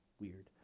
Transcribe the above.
weird